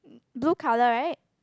blue colour right